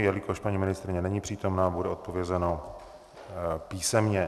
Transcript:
Jelikož paní ministryně není přítomna, bude odpovězeno písemně.